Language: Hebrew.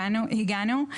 הגענו,